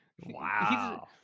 Wow